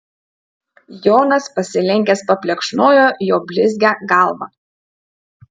jonas pasilenkęs paplekšnojo jo blizgią galvą